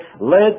let